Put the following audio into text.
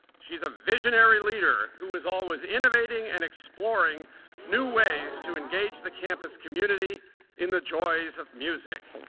she's a visionary leader who was always innovating and exploring new ways to engage the campus community in the joys of music.